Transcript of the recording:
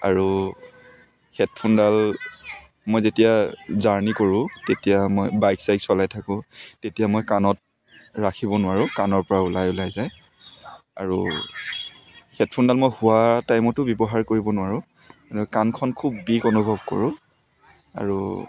আৰু হেডফোনডাল মই যেতিয়া জাৰ্ণি কৰোঁ তেতিয়া মই বাইক চাইক চলাই থাকোঁ তেতিয়া মই কাণত ৰাখিব নোৱাৰোঁ কাণৰ পৰা ওলাই ওলাই যায় আৰু হেডফোনডাল মই শোৱা টাইমটো ব্যৱহাৰ কৰিব নোৱাৰোঁ কাণখন খুব বিষ অনুভৱ কৰোঁ আৰু